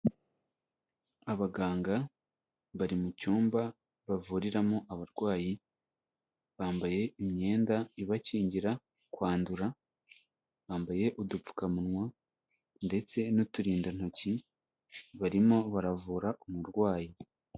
Abaganga bari mu cyumba bavuriramo abarwayi, bambaye imyenda ibakingira kwandura, bambaye udupfukamunwa ndetse n'uturindantoki, barimo baravura umurwayi.